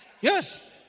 Yes